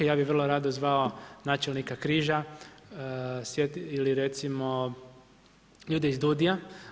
Ja bi vrlo rado zvao načelnika Križa, ili recimo ljude iz DUUDI-a.